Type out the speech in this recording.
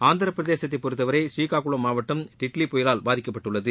ஆந்திரபிரதேசத்தை பொறுத்தவரை ஸ்ரீகாக்குளம் மாவட்டம் டிட்லி புயலால் பாதிக்கப்பட்டுள்ளது